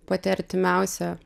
pati artimiausia